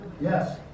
Yes